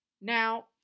Now